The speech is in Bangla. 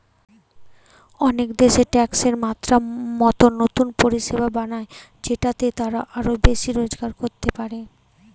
অনেক দেশ ট্যাক্সের মাত্রা মতো নতুন পরিষেবা বানায় যেটাতে তারা আরো বেশি রোজগার করতে পারে